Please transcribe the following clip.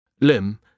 Lim